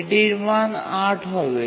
এটির মান ৮ হবে